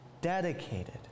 dedicated